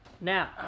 Now